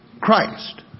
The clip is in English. Christ